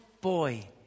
boy